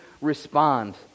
respond